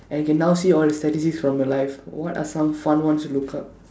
and can now see all the statistics from your life what are some fun ones to look up